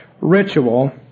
ritual